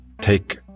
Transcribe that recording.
take